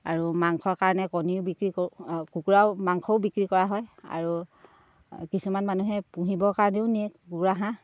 আৰু মাংসৰ কাৰণে কণীও বিক্ৰী কৰোঁ কুকুৰাও মাংসও বিক্ৰী কৰা হয় আৰু কিছুমান মানুহে পুহিবৰ কাৰণেও নিয়ে কুকুৰা হাঁহ